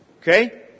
Okay